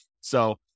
So-